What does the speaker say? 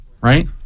right